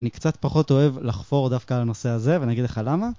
אני קצת פחות אוהב לחפור דווקא על הנושא הזה ואני אגיד לך למה